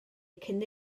cyn